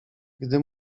gdy